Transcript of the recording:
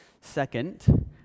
Second